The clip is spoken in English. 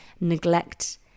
neglect